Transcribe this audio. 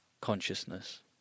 consciousness